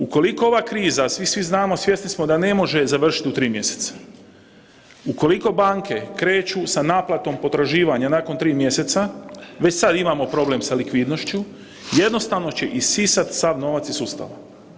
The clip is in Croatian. Ukoliko ova kriza, svi znamo i svjesni smo da ne može završiti u tri mjeseca, ukoliko banke kreću sa naplatom potraživanja nakon tri mjeseca, već sada imamo problem sa likvidnošću jednostavno će isisat sav novac iz sustava.